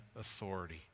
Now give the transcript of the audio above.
authority